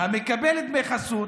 המקבל דמי חסות,